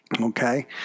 Okay